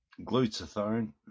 glutathione